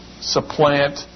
supplant